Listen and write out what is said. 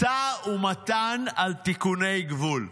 משא ומתן על תיקוני גבול.